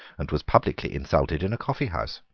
and was publicly insulted in a coffeehouse.